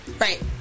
right